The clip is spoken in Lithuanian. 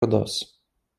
rudos